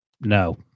No